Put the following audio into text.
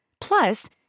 Plus